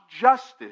justice